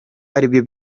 aribyo